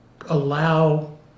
allow